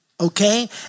okay